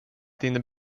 din